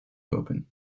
lopen